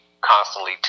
constantly